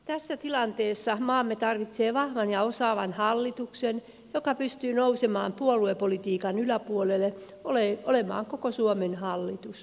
tässä tilanteessa maamme tarvitsee vahvan ja osaavan hallituksen joka pystyy nousemaan puoluepolitiikan yläpuolelle olemaan koko suomen hallitus